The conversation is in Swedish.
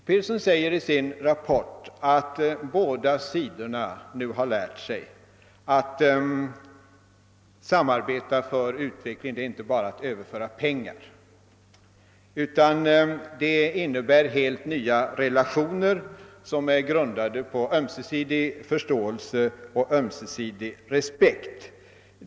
Pearson säger i sin rapport att båda sidorna har lärt sig att ett samarbete för utveckling inte bara är en fråga om att överföra pengar; det innebär helt nya relationer som är grundade på ömsesidig förståelse och respekt.